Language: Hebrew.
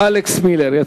אלכס מילר, קריאה ראשונה.